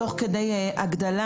תוך כדי הגדלה,